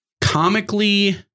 comically